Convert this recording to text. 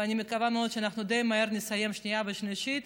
ואני מקווה מאוד שאנחנו די מהר נסיים בשנייה ושלישית,